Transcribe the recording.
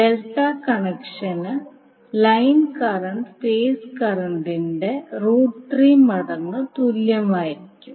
delta കണക്ഷന് line current phase കറന്റിന്റെ മടങ്ങ് തുല്യമായിരിക്കും